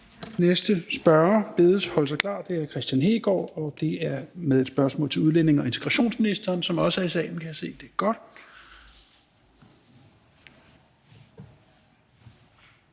Næste spørger bedes holde sig klar. Det er hr. Kristian Hegaard, og det er med et spørgsmål til udlændinge- og integrationsministeren, som jeg også kan se er i salen. Det er godt.